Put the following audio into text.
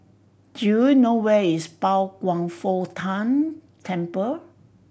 do you know where is Pao Kwan Foh Tang Temple